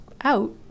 out